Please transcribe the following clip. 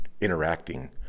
interacting